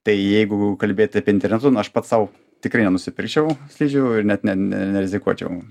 tai jeigu kalbėt apie internetu na aš pats sau tikrai nenusipirkčiau slidžių ir net ne ne nerizikuočiau